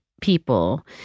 people